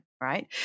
right